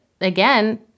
again